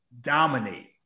dominate